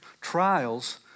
Trials